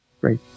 Great